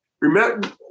remember